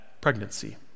pregnancy